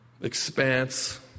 expanse